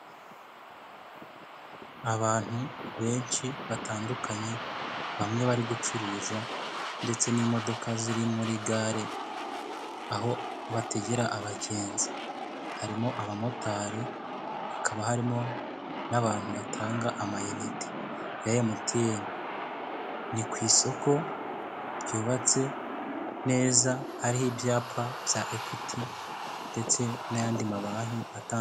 Abantu benshi batandukanye ,bamwe bari gucuruza ,ndetse n'imodoka ziri muri gare ,aho bategera abagenzi . Harimo abamotari hakaba harimo n'abantu batanga amayinite ya MTN. Ni ku isoko ryubatse neza hariho ibyapa bya ekwiti ndetse n'ayandi mabanki ata......